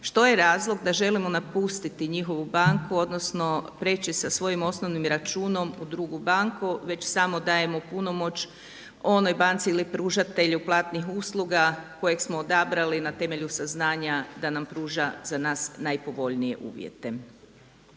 što je razlog da želimo napustiti njihovu banku, odnosno prijeći sa svojim osnovnim računom u drugu banku već sam dajemo punomoć onoj banci ili pružatelju platnih usluga kojeg smo odabrali na temelju saznanja da nam pruža za nas najpovoljnije uvjete.